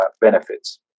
benefits